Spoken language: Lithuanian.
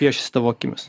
piešiasi tavo akimis